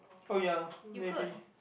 oh ya maybe